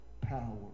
power